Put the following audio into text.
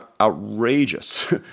outrageous